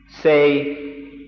say